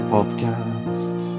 Podcast